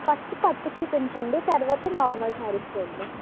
first పట్టు చూపించండి తర్వాత నార్మల్ శారీస్ చూద్దాం